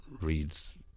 reads